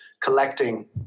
collecting